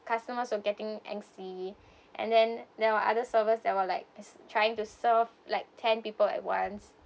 customers are getting angsty and then there are other servers that were like is trying to serve like ten people at once